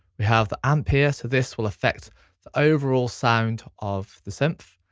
we have the amp here, so this will affect the overall sound of the synth.